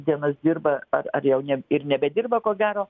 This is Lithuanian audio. dienas dirba ar ar jau ir nebedirba ko gero